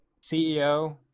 CEO